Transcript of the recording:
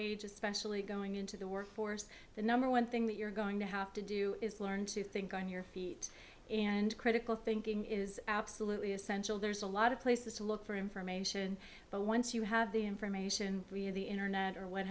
age especially going into the workforce the number one thing that you're going to have to do is learn to think on your feet and critical thinking is absolutely essential there's a lot of places to look for information but once you have the information the internet or what